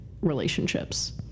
relationships